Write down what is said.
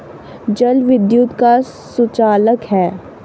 जल विद्युत का सुचालक है